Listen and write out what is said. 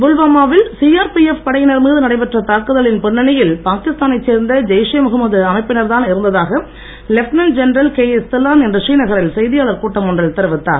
புல்வாமா வில் சிஆர்பிஎப் படையினர் மீது நடைபெற்ற தாக்குதலின் பின்னணியில் பாகிஸ்தானைச் சேர்ந்த ஜெய்ஷே முகமது அமைப்பினர்தான் இருந்ததாக லெப்டினன்ட் ஜென்ரல் கேஎஸ் தில்லான் இன்று ஸ்ரீநகரில் செய்தியாளர் கூட்டம் ஒன்றில் தெரிவித்தார்